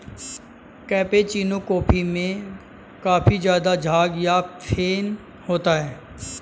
cappuccino coffee में काफी ज़्यादा झाग या फेन होता है